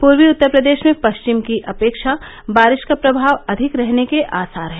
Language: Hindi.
पूर्वी उत्तर प्रदेश में पश्चिम की अपेक्षा बारिश का प्रमाव अधिक रहने के आसार है